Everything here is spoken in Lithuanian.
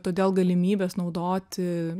todėl galimybės naudoti